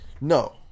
no